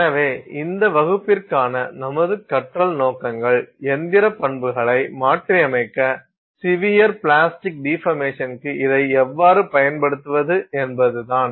எனவே இந்த வகுப்பிற்கான நமது கற்றல் நோக்கங்கள் இயந்திர பண்புகளை மாற்றியமைக்க சிவியர் பிளாஸ்டிக் டிபர்மேஷன்க்கு இதை எவ்வாறு பயன்படுத்துவது என்பதுதான்